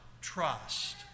trust